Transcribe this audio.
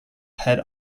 head